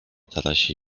tarasie